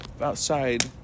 outside